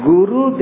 Guru